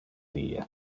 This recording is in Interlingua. die